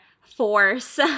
force